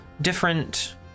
different